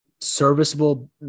serviceable